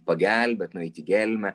pagelbėt nueit į gelmę